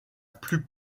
plus